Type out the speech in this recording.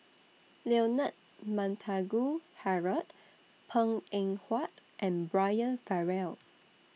Leonard Montague Harrod Png Eng Huat and Brian Farrell